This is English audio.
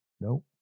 no